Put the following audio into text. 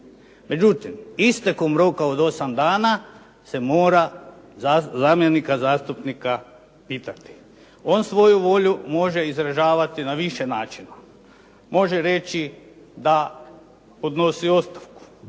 Međutim, istekom roka od 8 dana se mora zamjenika zastupnika pitati. On svoju volju može izražavati na više načina. Može reći da ponosi ostavku,